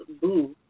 Boo